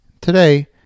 Today